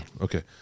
Okay